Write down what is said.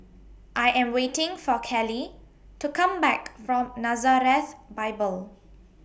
I Am waiting For Kaley to Come Back from Nazareth Bible